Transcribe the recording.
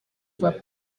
voit